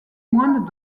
moines